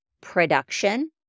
production